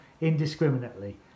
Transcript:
indiscriminately